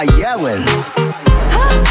yelling